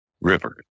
river